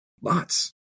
Lots